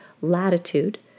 latitude